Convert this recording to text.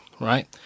Right